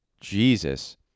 Jesus